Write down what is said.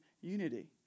unity